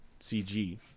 CG